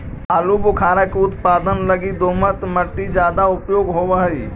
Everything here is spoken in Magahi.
आलूबुखारा के उत्पादन लगी दोमट मट्टी ज्यादा उपयोग होवऽ हई